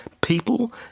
People